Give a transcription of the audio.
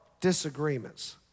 disagreements